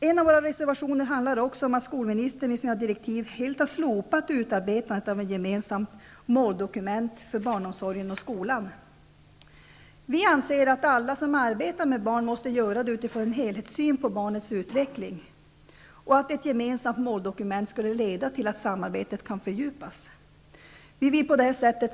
En av våra reservationer handlar också om att skolministern i sina direktiv helt har slopat utarbetandet av ett gemensamt måldokument för barnomsorgen och skolan. Vi anser att alla som arbetar med barn måste göra det utifrån en helhetssyn på barnets utveckling. Ett gemensamt måldokument skulle kunna leda till att samarbetet kan fördjupas.